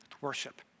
Worship